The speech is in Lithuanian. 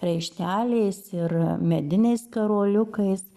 raišteliais ir mediniais karoliukais